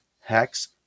Hex